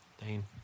Dane